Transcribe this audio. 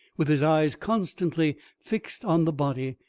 with his eyes constantly fixed on the body,